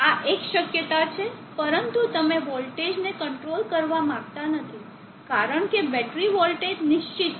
આ એક શક્યતા છે પરંતુ તમે વોલ્ટેજને કંટ્રોલ કરવા માંગતા નથી કારણ કે બેટરી વોલ્ટેજ નિશ્ચિત છે